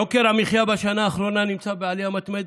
יוקר המחיה בשנה האחרונה נמצא בעלייה מתמדת,